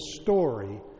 story